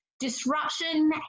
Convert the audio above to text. Disruption